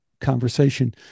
conversation